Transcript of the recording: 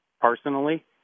Personally